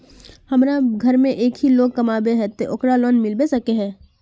हमरा घर में एक ही लोग कमाबै है ते ओकरा लोन मिलबे सके है?